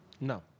No